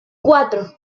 cuatro